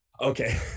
Okay